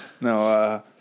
No